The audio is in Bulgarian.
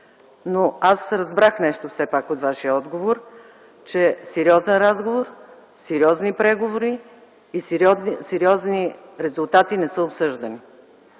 но аз разбрах нещо все пак от Вашия отговор, че сериозен разговор, сериозни преговори и сериозни резултати не са обсъждани.